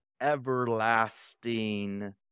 everlasting